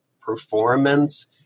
performance